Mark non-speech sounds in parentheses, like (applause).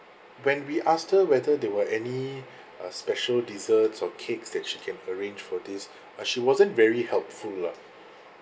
when we asked her whether there were any (breath) uh special desserts or cakes that she can arrange for this but she wasn't very helpful lah